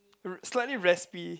r~ slightly raspy